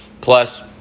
Plus